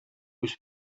үзе